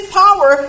power